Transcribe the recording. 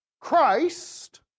Christ